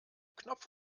knopf